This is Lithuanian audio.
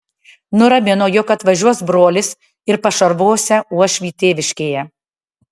nuramino jog atvažiuos brolis ir pašarvosią uošvį tėviškėje